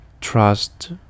trust